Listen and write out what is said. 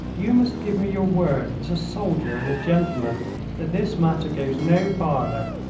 you must give me your word as a soldier and a gentleman that this matter goes no farther,